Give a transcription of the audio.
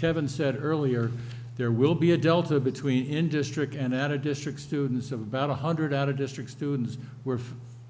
kevin said earlier there will be a delta between in district and out a district students of about one hundred out of district students were